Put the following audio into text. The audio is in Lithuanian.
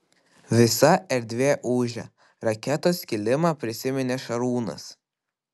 visa erdvė ūžia raketos kilimą prisiminė šarūnas